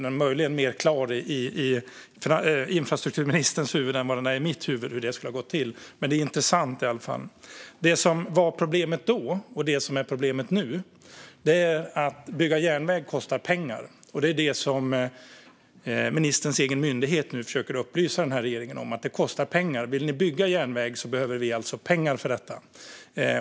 Det är möjligen mer klart i infrastrukturministerns huvud än det är i mitt huvud hur det skulle ha gått till, men det är i alla fall intressant. Det som var problemet då, och det som är problemet nu, är att det kostar pengar att bygga järnväg. Det är det som ministerns egen myndighet nu försöker upplysa regeringen om. Man säger: Det kostar pengar. Vill ni bygga järnväg behöver vi pengar för detta.